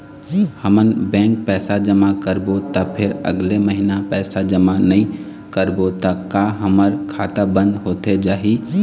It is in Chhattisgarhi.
हमन बैंक पैसा जमा करबो ता फिर अगले महीना पैसा जमा नई करबो ता का हमर खाता बंद होथे जाही?